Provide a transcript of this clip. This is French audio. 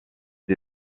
des